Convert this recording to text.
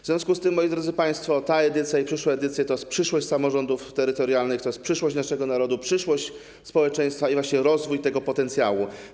W związku z tym, moi drodzy państwo, ta edycja i przyszłe to przyszłość samorządów terytorialnych, to przyszłość naszego narodu, przyszłość społeczeństwa i rozwój tego potencjału.